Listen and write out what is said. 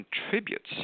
contributes